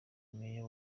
meya